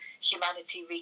humanity